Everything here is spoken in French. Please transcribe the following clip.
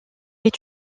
est